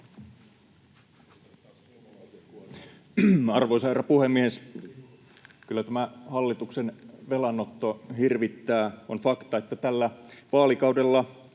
Arvoisa herra puhemies! Kyllä tämä hallituksen velanotto hirvittää. On fakta, että tällä vaalikaudella